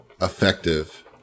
effective